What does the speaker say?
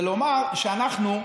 זה לומר שאנחנו,